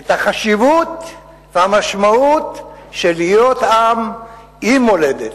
את החשיבות והמשמעות של להיות עם עם מולדת,